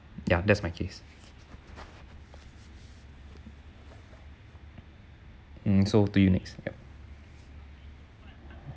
ya that's my case hmm so to you next ya